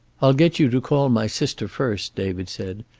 i'll get you to call my sister first, david said.